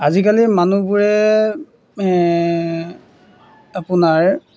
আজিকালি মানুহবোৰে আপোনাৰ